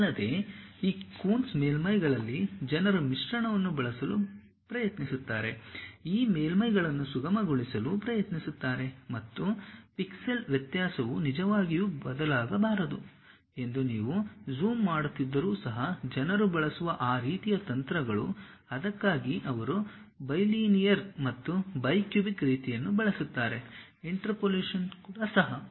ಇದಲ್ಲದೆ ಈ ಕೂನ್ಸ್ ಮೇಲ್ಮೈಗಳಲ್ಲಿ ಜನರು ಮಿಶ್ರಣವನ್ನು ಬಳಸಲು ಪ್ರಯತ್ನಿಸುತ್ತಾರೆ ಈ ಮೇಲ್ಮೈಗಳನ್ನು ಸುಗಮಗೊಳಿಸಲು ಪ್ರಯತ್ನಿಸುತ್ತಾರೆ ಮತ್ತು ಪಿಕ್ಸೆಲ್ ವ್ಯತ್ಯಾಸವು ನಿಜವಾಗಿಯೂ ಬದಲಾಗಬಾರದು ಎಂದು ನೀವು ಜೂಮ್ ಮಾಡುತ್ತಿದ್ದರೂ ಸಹ ಜನರು ಬಳಸುವ ಆ ರೀತಿಯ ತಂತ್ರಗಳು ಅದಕ್ಕಾಗಿ ಅವರು ಬೈಲಿನೀಯರ್ ಮತ್ತು ಬೈಕುಬಿಕ್ ರೀತಿಯನ್ನು ಬಳಸುತ್ತಾರೆ ಇಂಟರ್ಪೋಲೇಶನ್ಸ್ ಸಹ